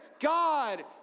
God